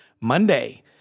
monday